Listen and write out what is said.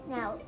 Now